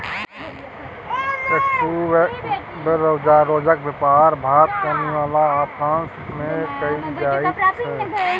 ट्यूबरोजक बेपार भारत केन्या आ फ्रांस मे कएल जाइत छै